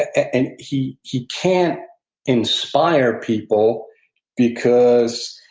and he he can't inspire people because,